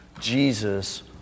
Jesus